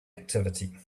activity